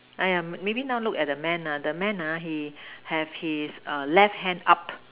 !aiya! maybe now look at the man ah the man ah he have his err left hand up